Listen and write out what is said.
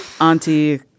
auntie